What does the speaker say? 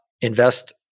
invest